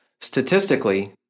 statistically